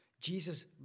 Jesus